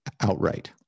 outright